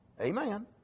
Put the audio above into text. Amen